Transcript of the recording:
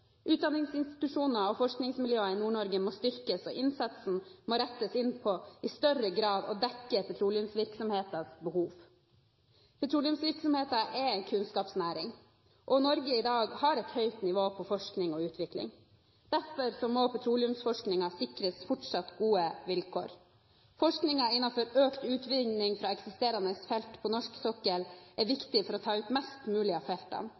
Utdanningsinstitusjoner og forskningsmiljøer i Nord-Norge må styrkes, og innsatsen må rettes inn på i større grad å dekke petroleumsvirksomhetens behov. Petroleumsvirksomheten er en kunnskapsnæring, og Norge i dag har et høyt nivå på forskning og utvikling. Derfor må petroleumsforskningen sikres fortsatt gode vilkår. Forskningen innenfor økt utvinning fra eksisterende felt på norsk sokkel er viktig for å ta ut mest mulig av feltene.